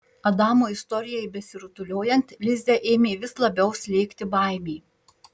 adamo istorijai besirutuliojant lizę ėmė vis labiau slėgti baimė